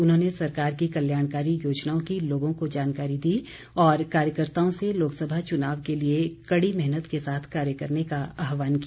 उन्होंने सरकार की कल्याणकारी योजनाओं की लोगों को जानकारी दी और कार्यकर्ताओं से लोकसभा चुनाव के लिए कड़ी मेहनत के साथ कार्य करने का आह्वान किया